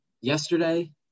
yesterday